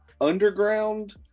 underground